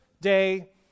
day